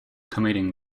committing